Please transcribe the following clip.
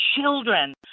children